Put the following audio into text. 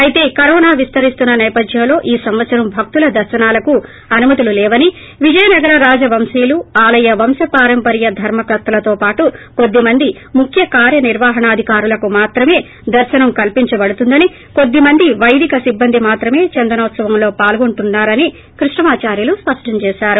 అయితే కరోనా విస్తరిస్తున్న నేపథ్యంలో ఈ సంవత్సరం భక్తుల దర్పనాలకు అనుమతులు లేవని విజయనగర రాజ వంశీయులు ఆలయ వంశ పారంపర్య ధర్మకర్తలతో పాటు కొద్ది మంది ముఖ్య కార్య నిర్వహణాధికారులకు మాత్రమే దర్పనం కల్పించబడుతుందని కొద్దిమంది పైదిక సిబ్బంది మాత్రమే చందనోత్సవంలో పాల్గొంటున్నారని కృష్ణమాదార్యులు స్పష్టం చేశారు